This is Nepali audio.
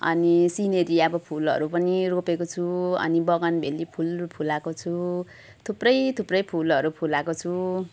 अनि सिनेरी अब फुलहरू पनि रोपेको छु अनि बगानबेली फुल फुलाएको छु थुप्रै थुप्रै फुलहरू फुलाएको छु